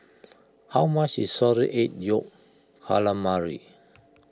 how much is Salted Egg Yolk Calamari